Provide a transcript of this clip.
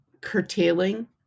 curtailing